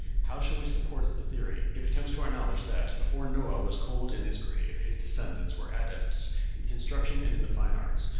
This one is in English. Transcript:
how shall we support the theory if it come to our knowledge that, before noah was cold in his grave, his descendants were adepts in construction and in the fine arts,